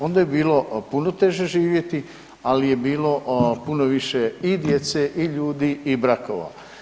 Onda je bilo puno teže živjeti, al je bilo puno više i djece i ljudi i brakova.